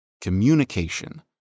communication